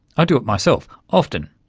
i do it myself, often,